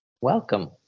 welcome